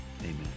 Amen